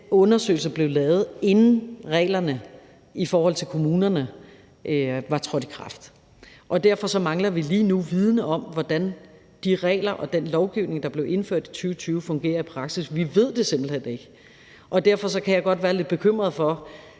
den undersøgelse blev lavet, inden reglerne for kommunerne var trådt i kraft. Derfor mangler vi lige nu viden om, hvordan de regler og den lovgivning, der blev indført i 2020, fungerer i praksis. Vi ved det simpelt hen ikke. Derfor kan jeg godt være lidt bekymret for,